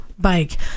bike